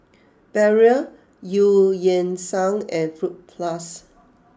Barrel Eu Yan Sang and Fruit Plus